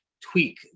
tweak